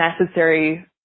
necessary